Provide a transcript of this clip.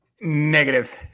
Negative